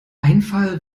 einfall